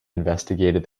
investigated